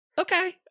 Okay